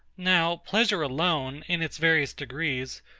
now pleasure alone, in its various degrees,